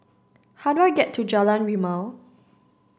how do I get to Jalan Rimau